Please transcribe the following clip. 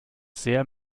sehr